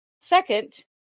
Second